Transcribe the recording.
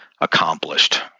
accomplished